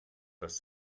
dass